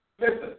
Listen